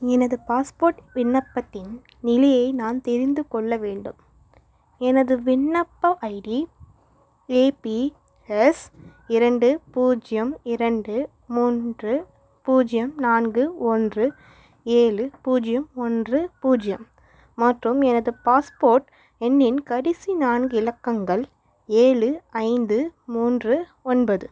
எனது பாஸ்போட் விண்ணப்பத்தின் நிலையை நான் தெரிந்துக்கொள்ள வேண்டும் எனது விண்ணப்ப ஐடி ஏ பி எஸ் இரண்டு பூஜ்ஜியம் இரண்டு மூன்று பூஜ்ஜியம் நான்கு ஒன்று ஏழு பூஜ்ஜியம் ஒன்று பூஜ்ஜியம் மற்றும் எனது பாஸ்போர்ட் எண்ணின் கடைசி நான்கு இலக்கங்கள் ஏழு ஐந்து மூன்று ஒன்பது